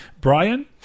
Brian